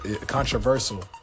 controversial